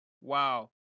Wow